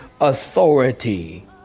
authority